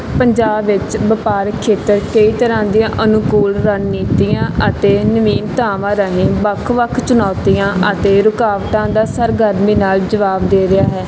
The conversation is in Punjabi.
ਪੰਜਾਬ ਵਿੱਚ ਵਪਾਰਕ ਖੇਤਰ ਕਈ ਤਰ੍ਹਾਂ ਦੀਆਂ ਅਨੁਕੂਲ ਰਣਨੀਤੀਆਂ ਅਤੇ ਨਵੀਨਤਾਵਾਂ ਰਾਹੀ ਵੱਖ ਵੱਖ ਚੁਣੌਤੀਆਂ ਅਤੇ ਰੁਕਾਵਟਾਂ ਦਾ ਸਰਗਰਮੀ ਨਾਲ ਜਵਾਬ ਦੇ ਰਿਹਾ ਹੈ